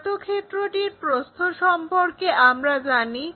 আয়তক্ষেত্রটির প্রস্থ সম্পর্কে আমরা জানি